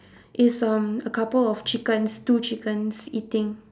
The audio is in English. it's um a couple of chickens two chickens eating